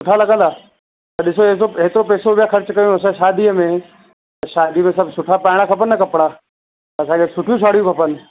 सुठा लॻंदा त ॾिसो हेतिरो पैसो पिया ख़र्चु कयूं असां शादीअ में त शादी में सभु सुठा पाइणा खपनि न कपिड़ा असांखे सुठियूं साड़ियूं खपनि